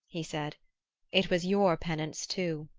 he said it was your penance too.